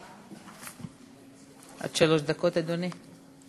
עד שלוש דקות, אדוני.